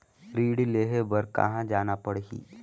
ऋण लेहे बार कहा जाना पड़ही?